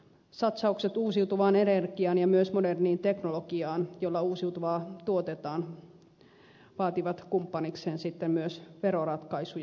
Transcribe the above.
satsaukset uusiutuvaan energiaan ja myös moderniin teknologiaan jolla uusiutuvaa tuotetaan vaativat kumppanikseen myös veroratkaisuja